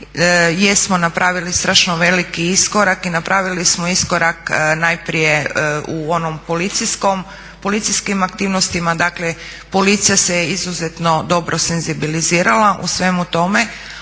jesmo napravili strašno veliki iskorak i napravili smo iskorak najprije u onom policijskom, policijskim aktivnostima. Dakle, policija se izuzetno dobro senzibilizirala u svemu tome,